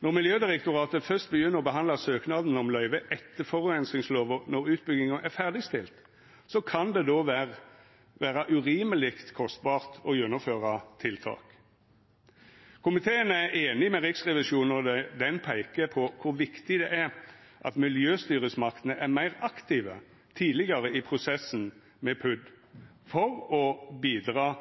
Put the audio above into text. Når Miljødirektoratet først begynner å behandla søknaden om løyve etter forureiningslova når utbygginga er ferdigstilt, kan det vera urimeleg kostbart å gjennomføra tiltak. Komiteen er einig med Riksrevisjonen når dei peikar på kor viktig det er at miljøstyresmaktene er meir aktive tidlegare i prosessen med PUD, for å bidra